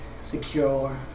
secure